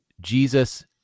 jesus